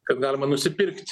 kad galima nusipirkt